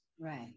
Right